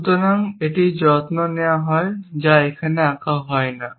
সুতরাং এটির যত্ন নেওয়া হয় যা এখানে আঁকা হয় না